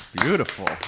Beautiful